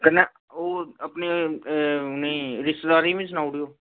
आं ओह् उनें अपने रि्श्तेदारें गी बी सनाई ओड़ो